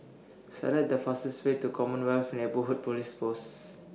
Select The fastest Way to Commonwealth Neighbourhood Police Post